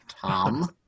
tom